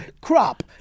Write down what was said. crop